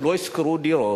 שלא ישכרו דירות.